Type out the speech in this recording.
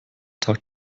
tag